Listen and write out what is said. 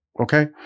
Okay